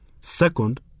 Second